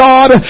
God